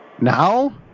Now